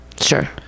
Sure